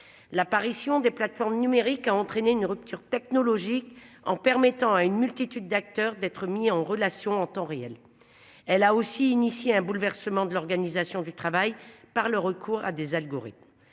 L'apparition des plateformes numériques a entraîné une rupture technologique en permettant à une multitude d'acteurs, d'être mis en relation en temps réel. Elle a aussi initié un bouleversement de l'organisation du travail par le recours à des algorithmes